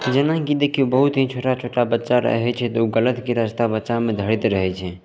जेनाकि देखिऔ बहुत ही छोटा छोटा बच्चा रहै छै तऽ ओ गलतके रस्ता बच्चामे धरैत रहै छै